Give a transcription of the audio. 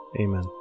Amen